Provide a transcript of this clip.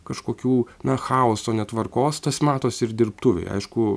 kažkokių na chaoso netvarkos tas matosi ir dirbtuvėj aišku